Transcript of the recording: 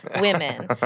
women